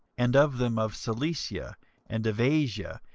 and of them of cilicia and of asia,